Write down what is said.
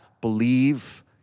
believe